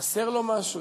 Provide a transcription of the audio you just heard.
חסר לו משהו?